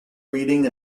reading